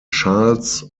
charles